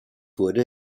wurde